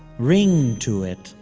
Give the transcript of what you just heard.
ring to it.